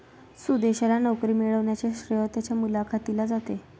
सुदेशला नोकरी मिळण्याचे श्रेय त्याच्या मुलाखतीला जाते